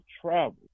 travel